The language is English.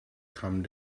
come